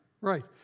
Right